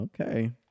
Okay